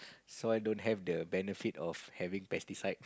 soil don't have the benefit of having pesticides